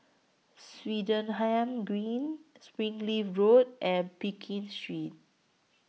Swettenham Green Springleaf Road and Pekin Street